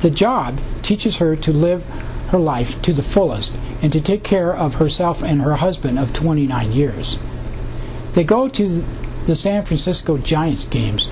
the job teaches her to live her life to the fullest and to take care of herself and her husband of twenty nine years to go to the san francisco giants games